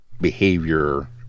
behavior